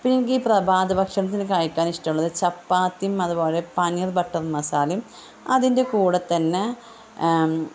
പിന്നെ എനിക്കീ പ്രഭാത ഭക്ഷണത്തിന് കഴിക്കാനിഷ്ടമുള്ളത് ചപ്പാത്തിയും അതുപോലെ പനീർ ബട്ടർ മസാലയും അതിൻ്റെ കൂടെ തന്നെ